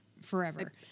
forever